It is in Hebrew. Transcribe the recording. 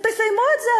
תסיימו את זה,